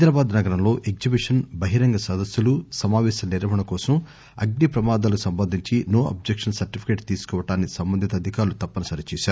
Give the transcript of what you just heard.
హైదరాబాద్ నగరంలో ఎగ్నిచిషస్ బహిరంగ సదస్సులు సమావేశాల నిర్వహణ కోసం అగ్ని ప్రమాదాలకు సంబంధించి నో అబ్హక్షస్ సర్టిఫికేట్ తీసుకోవటాన్ని సంబంధిత అధికారులు తప్పనిసరి చేశారు